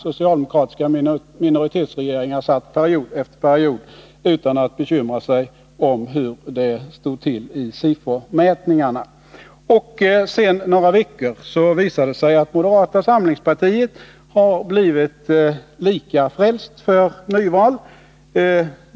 Socialdemokratiska minoritetsregeringar satt period efter period utan att bekymra sig om hur det stod till med Sifo-mätningarna. Sedan några veckor har man inom moderata samlingspartiet visat sig vara lika frälst för nyval.